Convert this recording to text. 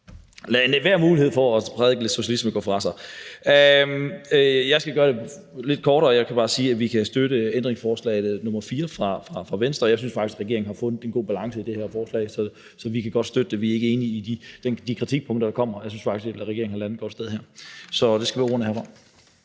lader nogen mulighed for at prædike lidt socialisme gå fra sig. Jeg skal gøre det lidt kortere, og jeg kan bare sige, at vi kan støtte ændringsforslag nr. 4 fra Venstre, og at jeg faktisk synes, at regeringen har fundet en god balance i det her forslag, så vi kan godt støtte det. Vi er ikke enige i de kritikpunkter, der kommer, og jeg synes faktisk, at regeringen har landet det et godt sted her. Så det skal være ordene herfra.